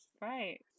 Right